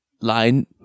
Line